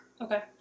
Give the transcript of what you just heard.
Okay